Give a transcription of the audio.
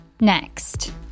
Next